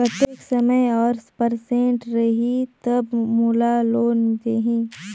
कतेक समय और परसेंट रही तब मोला लोन देही?